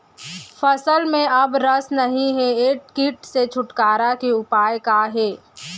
फसल में अब रस नही हे ये किट से छुटकारा के उपाय का हे?